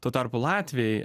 tuo tarpu latviai